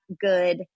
good